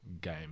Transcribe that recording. game